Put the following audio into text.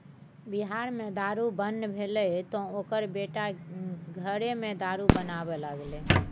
बिहार मे दारू बन्न भेलै तँ ओकर बेटा घरेमे दारू बनाबै लागलै